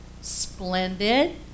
splendid